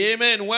Amen